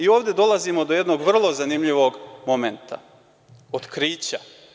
Ovde dolazimo do jednog vrlo zanimljivog momenta, otkrića.